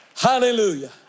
Hallelujah